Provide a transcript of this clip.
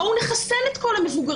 בואו נחסן את כל המבוגרים,